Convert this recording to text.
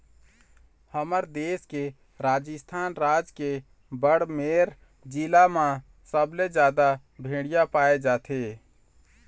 हमर देश के राजस्थान राज के बाड़मेर जिला म सबले जादा भेड़िया पाए जाथे